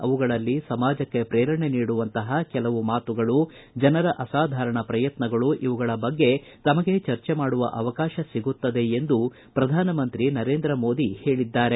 ಅವುಗಳಲ್ಲಿ ಸಮಾಜಕ್ಕೆ ಪ್ರೇರಣೆ ನೀಡುವಂತಹ ಕೆಲವು ಮಾತುಗಳು ಜನರ ಅಸಾಧಾರಣ ಪ್ರಯತ್ನಗಳು ಇವುಗಳ ಬಗ್ಗೆ ತಮಗೆ ಚರ್ಚೆ ಮಾಡುವ ಅವಕಾಶ ಸಿಗುತ್ತದೆ ಎಂದು ಪ್ರಧಾನ ಮಂತ್ರಿ ನರೇಂದ್ರ ಮೋದಿ ಹೇಳಿದ್ದಾರೆ